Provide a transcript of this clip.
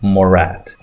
Morat